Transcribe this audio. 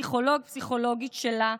פסיכולוג או פסיכולוגית שלה,